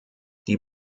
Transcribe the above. die